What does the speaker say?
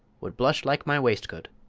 would blush like my waistcoat